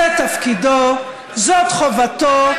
זה תפקידו, זאת חובתו.